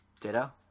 Ditto